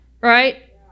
right